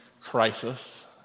crisis